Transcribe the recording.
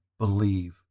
believe